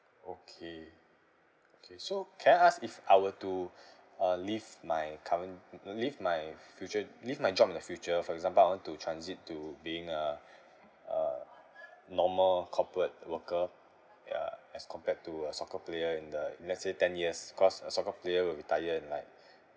okay okay so can I ask if I were to uh leave my current l~ leave my future leave my job in the future for example I want to transit to being uh uh normal corporate worker uh as compared to a soccer player in the if let's say ten years cause a soccer player will retire in like